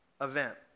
event